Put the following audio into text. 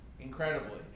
incredibly